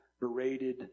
berated